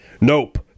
Nope